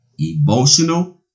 emotional